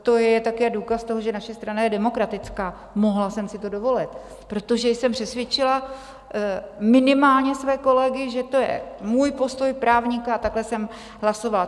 To je také důkaz toho, že naše strana je demokratická, mohla jsem si to dovolit, protože jsem přesvědčila minimálně své kolegy, že to je můj postoj právníka a takhle jsem hlasovala.